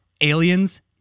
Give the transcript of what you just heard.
aliens